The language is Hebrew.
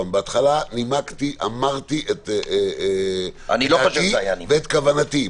בהתחלה נימקתי, אמרתי את דעתי ואת כוונתי.